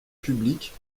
publique